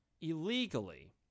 illegally